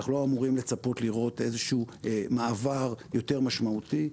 אנחנו לא אמורים לצפות לראות איזה שהוא מעבר יותר משמעותי,